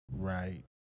Right